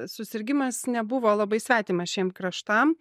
susirgimas nebuvo labai svetimas šiem kraštam